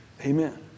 Amen